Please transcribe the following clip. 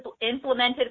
implemented